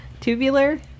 tubular